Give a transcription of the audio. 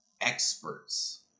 experts